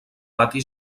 pati